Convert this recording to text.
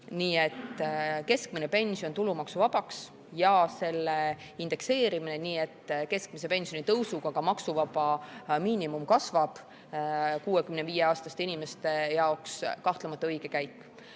Nii et keskmine pension tulumaksuvabaks ja selle indekseerimine, nii et keskmise pensioni tõusuga ka maksuvaba miinimum kasvab, on 65‑aastaste inimeste jaoks kahtlemata õige käik.